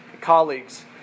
colleagues